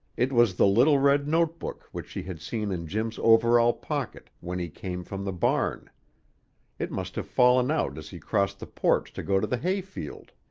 it was the little red note-book which she had seen in jim's overall-pocket when he came from the barn it must have fallen out as he crossed the porch to go to the hay-field.